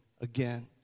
again